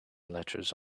letters